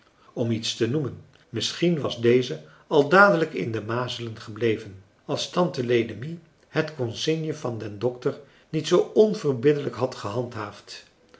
om iets te noemen misschien was deze al dadelijk in de mazelen gebleven als tante lenemie het consigne van den dokter niet zoo onverbiddelijk had gehandhaafd